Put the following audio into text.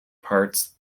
parts